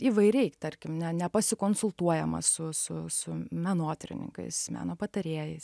įvairiai tarkim ne ne pasikonsultuojama su su su menotyrininkais meno patarėjais